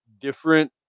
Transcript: different